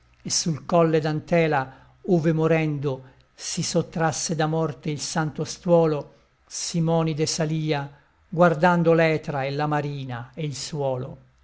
e sul colle d'antela ove morendo si sottrasse da morte il santo stuolo simonide salia guardando l'etra e la marina e il suolo